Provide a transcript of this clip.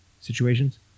situations